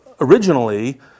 originally